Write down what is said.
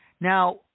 Now